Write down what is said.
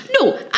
no